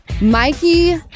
Mikey